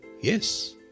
yes